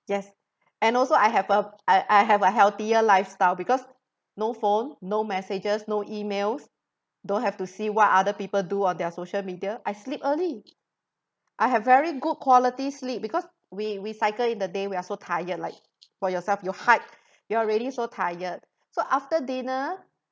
yes and also I have a I I have a healthier lifestyle because no phone no messages no emails don't have to see what other people do on their social media I sleep early I have very good quality sleep because we we cycle in the day we are so tired like for yourself your hike you're already so tired so after dinner